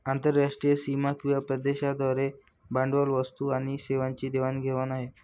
आंतरराष्ट्रीय सीमा किंवा प्रदेशांद्वारे भांडवल, वस्तू आणि सेवांची देवाण घेवाण आहे